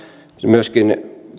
myöskin